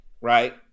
right